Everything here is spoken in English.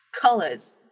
Colors